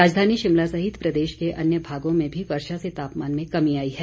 राजधानी शिमला सहित प्रदेश के अन्य भागों में भी वर्षा से तापमान में कमी आई है